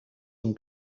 him